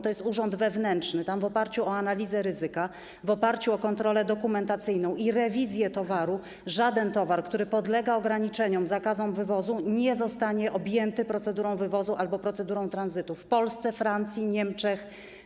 To jest urząd wewnętrzny, tam w oparciu o analizę ryzyka, w oparciu o kontrolę dokumentacyjną i rewizję towaru żaden towar, który podlega ograniczeniom, zakazom wywozu, nie zostanie objęty procedurą wywozu albo procedurą tranzytu w Polsce, we Francji, w Niemczech.